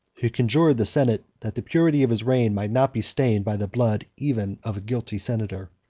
who conjured the senate, that the purity of his reign might not be stained by the blood even of a guilty senator.